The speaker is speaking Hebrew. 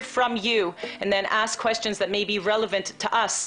מכם ואז לשאול שאלות שיכולות להיות רלוונטיות עבורנו,